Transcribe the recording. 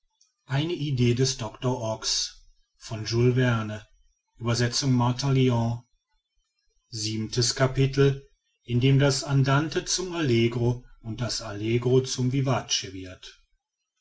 seines vaters des raths niklausse zurück siebentes capitel in dem das andante zum allegro und das allegro zum vivace wird